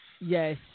yes